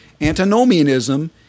antinomianism